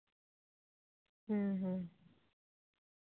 ᱦᱩᱸ ᱦᱩᱸ